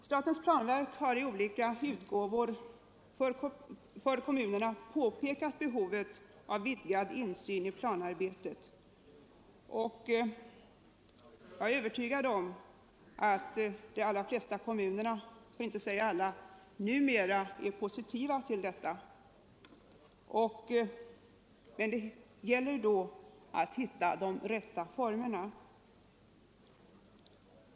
Statens planverk har i olika sammanhang för kommunerna pekat på behovet av vidgad insyn i planarbetet. Jag är övertygad om att de allra flesta kommuner, för att inte säga alla, numera är positiva till detta, Det gäller då att hitta de rätta formerna.